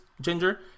ginger